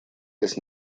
des